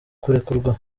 kurekurwa